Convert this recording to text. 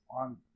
on